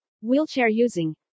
wheelchair-using